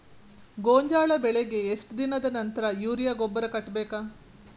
ಗೋಂಜಾಳ ಬೆಳೆಗೆ ಎಷ್ಟ್ ದಿನದ ನಂತರ ಯೂರಿಯಾ ಗೊಬ್ಬರ ಕಟ್ಟಬೇಕ?